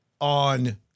on –